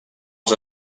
els